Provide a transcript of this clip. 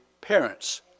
parents